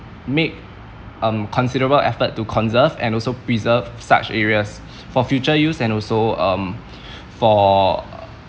make um considerable effort to conserve and also preserve such areas for future use and also um for